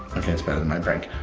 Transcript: okay, it's better than my prank.